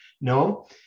no